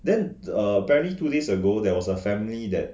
then err apparently two days ago there was a family that